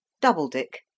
Doubledick